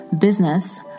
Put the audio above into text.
business